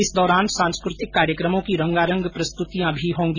इस दौरान सांस्कृतिक कार्यक्रमों की रंगारंग प्रस्तुतियां भी होंगी